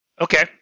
Okay